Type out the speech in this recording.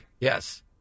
Yes